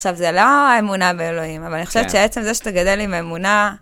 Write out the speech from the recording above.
עכשיו, זה לא האמונה באלוהים, כן, אבל אני חושבת שעצם זה שאתה גדל עם אמונה...